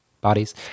bodies